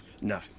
No